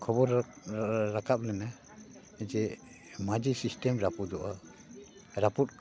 ᱠᱷᱚᱵᱚᱨ ᱨᱟ ᱨᱟᱠᱟᱵ ᱞᱮᱱᱟ ᱡᱮ ᱢᱟᱹᱡᱷᱤ ᱥᱤᱥᱴᱮᱢ ᱨᱟᱹᱯᱩᱫᱚᱜᱼᱟ ᱨᱟᱹᱯᱩᱫ